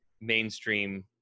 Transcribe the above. mainstream